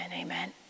amen